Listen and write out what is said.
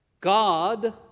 God